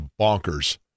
bonkers